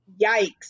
yikes